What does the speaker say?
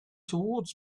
towards